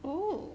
oh